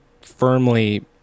firmly